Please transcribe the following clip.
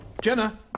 Jenna